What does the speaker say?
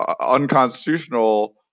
unconstitutional